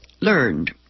learned